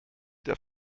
der